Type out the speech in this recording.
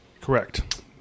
Correct